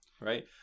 right